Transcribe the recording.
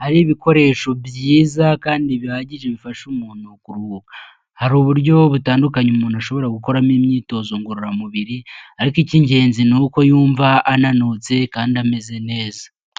hari ibikoresho byiza kandi bihagije bifasha umuntu kuruhuka. Hari uburyo butandukanye umuntu ashobora gukoramo imyitozo ngororamubiri, ariko icy'ingenzi ni uko yumva ananutse kandi ameze neza.